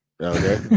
Okay